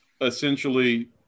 essentially